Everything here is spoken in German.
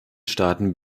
staaten